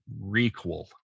requel